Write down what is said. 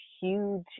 huge